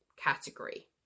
category